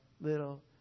little